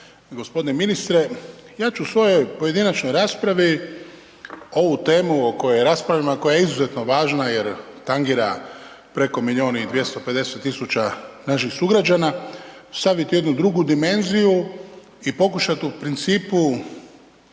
Gospodine ministre, ja ću u svojoj pojedinačnoj raspravi ovu temu o kojoj raspravljamo, a koja je izuzetno važna jer tangira preko milion i 250 tisuća naših sugrađana staviti jednu drugu dimenziju i pokušat u principu